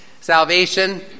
salvation